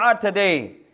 today